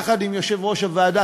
יחד עם יושב-ראש הוועדה,